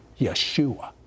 Yeshua